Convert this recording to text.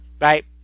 right